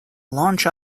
launch